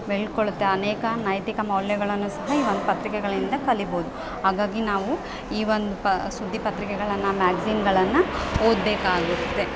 ಬೆಳ್ಕೊಳ್ಳುತ್ತೆ ಅನೇಕ ನೈತಿಕ ಮೌಲ್ಯಗಳನ್ನು ಸಹ ಈ ಒಂದು ಪತ್ರಿಕೆಗಳಿಂದ ಕಲಿಬೋದು ಹಾಗಾಗಿ ನಾವು ಈ ಒಂದು ಪ ಸುದ್ದಿಪತ್ರಿಕೆಗಳನ್ನ ಮ್ಯಾಗ್ಜಿನ್ಗಳನ್ನ ಓದಬೇಕಾಗುತ್ತೆ